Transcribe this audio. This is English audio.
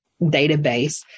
database